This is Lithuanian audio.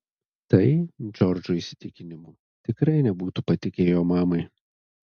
tai džordžo įsitikinimu tikrai nebūtų patikę jo mamai